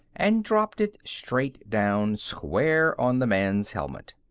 and dropped it straight down, square on the man's helmet.